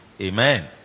Amen